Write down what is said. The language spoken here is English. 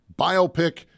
biopic